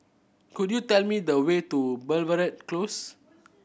could you tell me the way to Belvedere Close